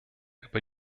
über